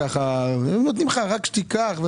הם נותנים לך רק שתיקח.